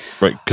Right